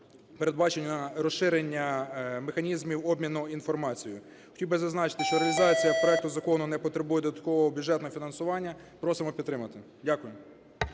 передбачено розширення механізмів обміну інформацією. Хотів би зазначити, що реалізація проекту Закону не потребує додаткового бюджетного фінансування. Просимо підтримати. Дякую.